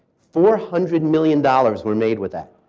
four hundred million dollars were made with that.